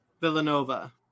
Villanova